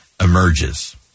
emerges